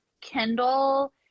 kendall